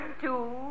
two